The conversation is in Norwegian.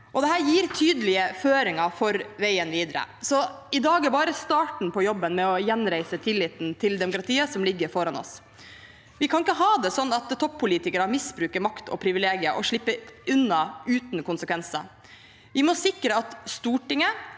Dette gir tydelige føringer for veien videre. I dag er bare starten på jobben som ligger foran oss med å gjenreise tilliten til demokratiet. Vi kan ikke ha det sånn at toppolitikere misbruker makt og privilegier og slipper unna uten konsekvenser. Vi må sikre at Stortinget,